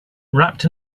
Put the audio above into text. wrapped